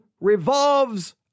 revolves